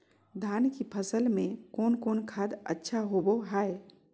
धान की फ़सल में कौन कौन खाद अच्छा होबो हाय?